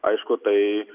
aišku tai